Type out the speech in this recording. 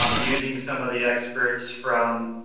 um using some of the experts from,